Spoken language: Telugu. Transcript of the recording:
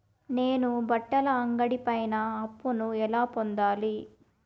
నేను బట్టల అంగడి పైన అప్పును ఎలా పొందాలి?